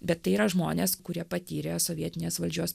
bet tai yra žmonės kurie patyrė sovietinės valdžios